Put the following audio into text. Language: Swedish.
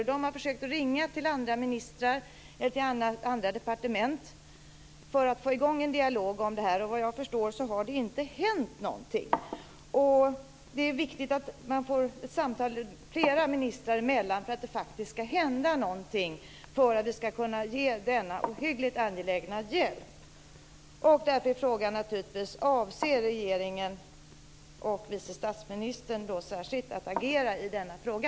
Man har också försökt att ringa till andra ministrar, till andra departement, för att få i gång en dialog om detta. Vad jag förstår har det inte hänt någonting. Det är viktigt att det förs samtal flera ministrar emellan för att det ska hända någonting, för att vi ska kunna ge denna ohyggligt angelägna hjälp. Därför är frågan naturligtvis: Avser regeringen och särskilt vice statsministern att agera i denna fråga?